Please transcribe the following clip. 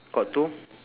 got two